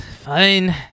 Fine